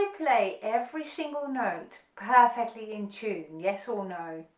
play every single note perfectly in tune yes or no,